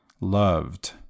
loved